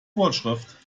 vorschrift